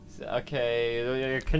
okay